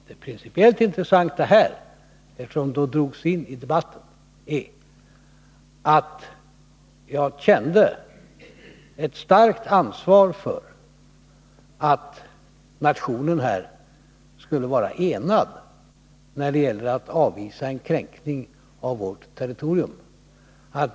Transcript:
Det principiellt intressanta här — eftersom det drogs in i debatten — är att jag kände ett starkt ansvar för att nationen skulle vara enad när det gäller att avvisa en kränkning av vårt territorium.